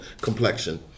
complexion